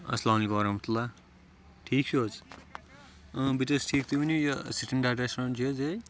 اَسَلامُ علیکُم وَرَحمَتُہ للہ ٹھیٖکھ چھو حٕظ اۭں بہٕ تہٕ حٕظ چھُس ٹھیٖکھ تُہۍ ؤنِو یہِ سٹَنڈاڈ ریٚسٹورَنٛٹ چھُ حٕظ یِہے